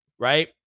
Right